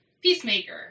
Peacemaker